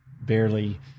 barely